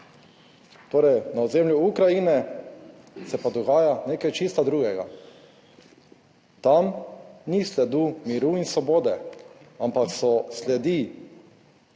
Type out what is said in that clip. torej na ozemlju Ukrajine, se pa dogaja nekaj čisto drugega. Tam ni sledu miru in svobode, ampak so sledi